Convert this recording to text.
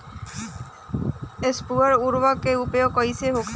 स्फुर उर्वरक के उपयोग कईसे होखेला?